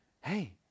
Hey